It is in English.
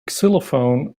xylophone